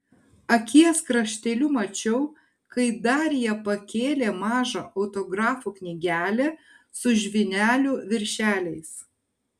akies krašteliu mačiau kai darija pakėlė mažą autografų knygelę su žvynelių viršeliais